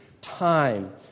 time